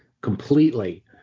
completely